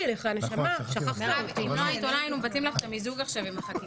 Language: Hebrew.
נעבור כעת להצבעה.